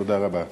תודה רבה.